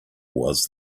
was